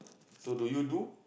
so do you do